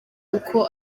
uko